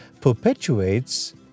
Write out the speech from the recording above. perpetuates